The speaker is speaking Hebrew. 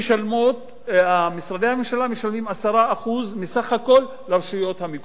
משרדי הממשלה משלמים 10% מסך הכול לרשויות המקומיות.